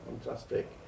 Fantastic